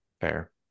Fair